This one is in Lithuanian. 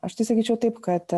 aš tai sakyčiau taip kad